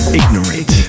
ignorant